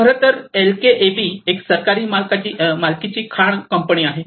खरं तर एलकेएबी एक सरकारी मालकीची खाण कंपनी आहे